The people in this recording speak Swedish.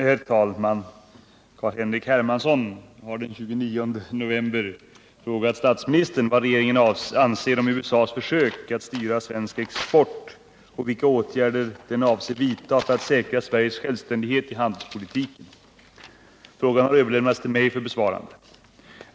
Herr talman! Carl-Henrik Hermansson har den 29 november frågat statsministern vad regeringen anser om USA:s försök att styra svensk export och vilka åtgärder den avser vidta för att säkra Sveriges självständighet i handelspolitiken. Frågan har överlämnats till mig för besvarande.